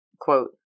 quote